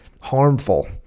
harmful